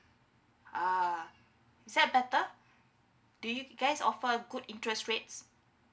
ah is that better do you guys offer good interest rates